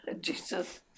Jesus